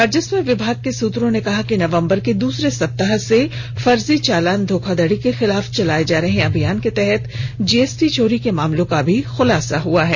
राजस्व विभाग सूत्रों ने कहा कि नवंबर के दूसरे सप्ताह से फर्जी चालान धोखाधडी के खिलाफ चलाए जा रहे अभियान के तहत जीएसटी चोरी के मामलों का भी खुलासा हुआ है